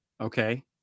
okay